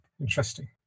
interesting